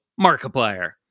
Markiplier